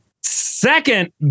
second